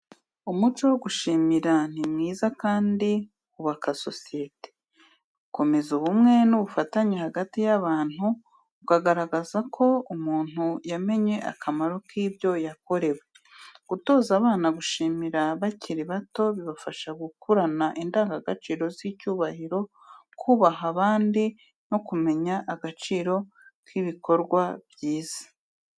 Umuco wo gushimira ni mwiza kandi wubaka sosiyete. Ukomeza ubumwe n’ubufatanye hagati y’abantu, ukagaragaza ko umuntu yamenye akamaro k’ibyo yakorewe. Gutoza abana gushimira bakiri bato bibafasha gukurana indangagaciro z’icyubahiro, kubaha abandi no kumenya agaciro k'ibikorwa byiza.